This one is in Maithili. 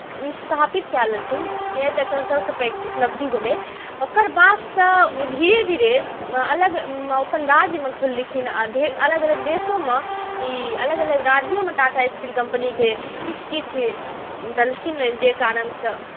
ई स्थापित कए लेलखिन इएह तकर सभसँ पैघ उपलब्धि भेलै ओकर बादसँ ओ धीरे धीरे अलग अपन राज्यमे खोललखिन आ अलग अलग देशोमे ई अलग अलग राज्योमे टाटा स्टील कम्पनीके किछु किछु देलखिन जाहि कारणसँ